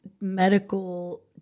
medical